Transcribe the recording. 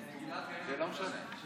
זה לא משנה.